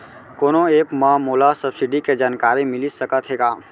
कोनो एप मा मोला सब्सिडी के जानकारी मिलिस सकत हे का?